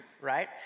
right